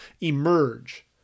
emerge